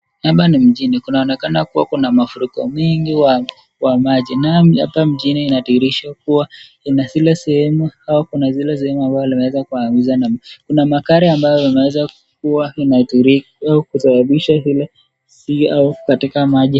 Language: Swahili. Hapa ni mjini kunaonekana kuwa kuna mafuriko mingi wa maji, naam hapa mjini inadhihirisha kuwa ina zile sehemu au kuna zile sehemu ambazo zimeweza uangushwa na maji, kuna magari ambayo yameweza kuwa inatulia au kusababisha siha ile katika maji.